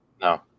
No